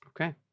Okay